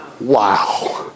Wow